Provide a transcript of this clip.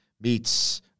meets